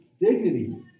dignity